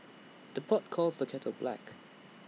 the pot calls the kettle black